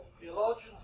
theologians